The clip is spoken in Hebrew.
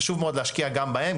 חשוב מאוד להשקיע גם בהם,